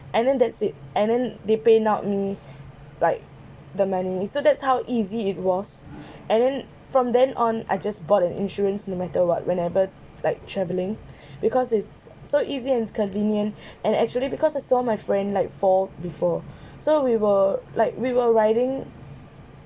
and then that's it and then they pay not me like the money so that's how easy it was and then from then on I just bought an insurance no matter what whenever like travelling because it's so easy and convenient and actually because I saw my friend like fall before so we were like we were riding from